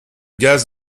gaz